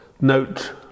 note